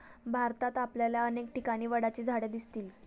भारतात आपल्याला अनेक ठिकाणी वडाची झाडं दिसतील